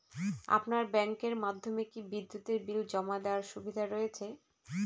আপনার ব্যাংকের মাধ্যমে কি বিদ্যুতের বিল জমা দেওয়ার সুবিধা রয়েছে?